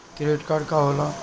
Credit card का होला?